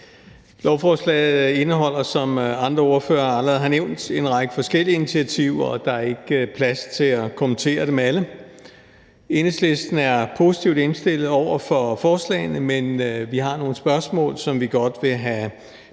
Lovforslaget indeholder, som andre ordførere allerede har nævnt, en række forskellige initiativer, og der er ikke plads til at kommentere dem alle. Enhedslisten er positivt indstillet over for forslagene, men vi har nogle spørgsmål, som vi godt vil have